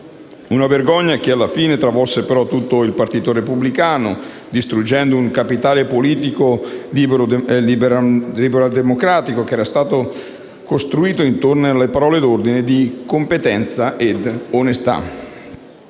Una vergogna che alla fine travolse però tutto il Partito Repubblicano Italiano, distruggendo un capitale politico liberaldemocratico che era stato costruito intorno alle parole d'ordine di competenza ed onestà.